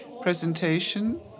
presentation